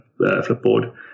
Flipboard